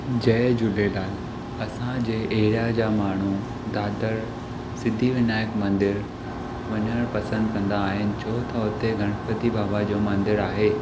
जय झूलेलाल असांजे एरिया जा माण्हू दादर सिद्धिविनायक मंदरु वञणु पसंदि कंदा आहिनि छो त हुते गणपति बाबा जो मंदरु आहे